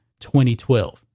2012